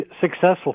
successful